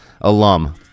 alum